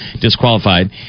disqualified